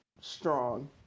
strong